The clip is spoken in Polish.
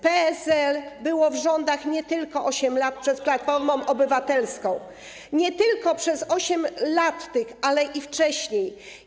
PSL było w rządach nie tylko 8 lat przed Platformą Obywatelską, nie tylko przez te 8 lat, ale i wcześniej.